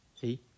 See